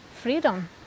freedom